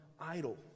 idle